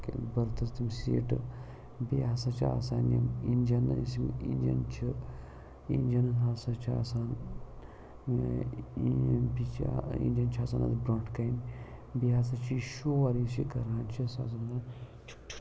berths تِم سیٖٹہٕ بیٚیہِ ہَسا چھِ آسان یِم اِنجَن اَسہِ یِم اِنجَن چھِ اِنجَنَن ہَسا چھِ آسان اِنجَن چھِ آسان تَتھ برٛونٛٹھ کَنہِ بیٚیہِ ہَسا چھِ یہِ شور یُس یہِ کَران چھُ